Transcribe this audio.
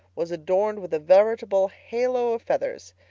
was adorned with a veritable halo of feathers.